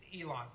Elon